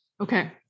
okay